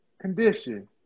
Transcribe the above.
condition